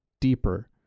deeper